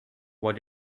what